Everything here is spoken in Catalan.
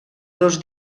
dos